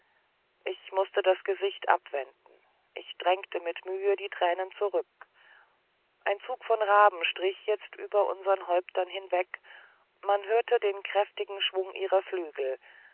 ich mußte das gesicht abwenden ich drängte mit mühe die tränen zurück ein zug von raben strich jetzt über unsern häuptern hinweg man hörte den kräftigen schwung ihrer flügel